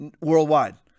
worldwide